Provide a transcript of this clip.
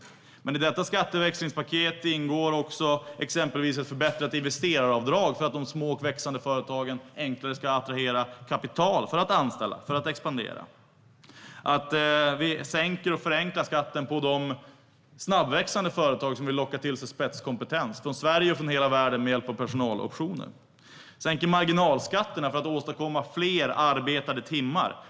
Men i detta skatteväxlingspaket ingår också exempelvis ett förbättrat investeraravdrag för att de små och växande företagen enklare ska attrahera kapital för att anställa och expandera. Vi sänker och förenklar skatten på de snabbväxande företag som vill locka till sig spetskompetens från Sverige och från hela världen med hjälp av personaloptioner. Vi sänker marginalskatterna för att åstadkomma fler arbetade timmar.